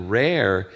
rare